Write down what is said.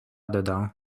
dedans